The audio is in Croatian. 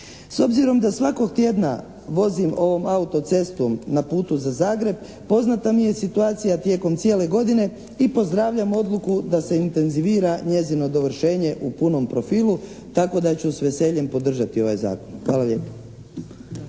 S obzirom da svakog tjedna vozim ovom auto-cestom na putu za Zagreb poznata mi je i situacija tijekom cijele godine i pozdravljam odluku da se intenzivira njezino dovršenje u punom profilu tako da ću s veseljem podržati ovaj zakon. Hvala lijepo.